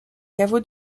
caveau